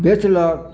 बेचलक